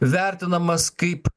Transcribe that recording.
vertinamas kaip